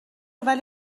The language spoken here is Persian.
ولی